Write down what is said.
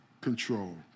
control